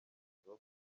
kugeza